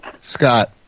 Scott